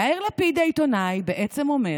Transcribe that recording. יאיר לפיד העיתונאי בעצם אומר